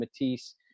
Matisse